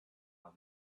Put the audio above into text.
all